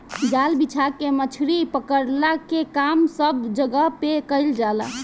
जाल बिछा के मछरी पकड़ला के काम सब जगह पे कईल जाला